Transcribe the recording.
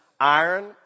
iron